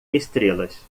estrelas